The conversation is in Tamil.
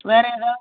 வேறு ஏதாவது